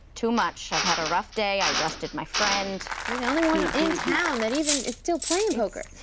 too much, i've had a rough day, i arrested my friend. you're the only one in town that even is still playin' poker. it's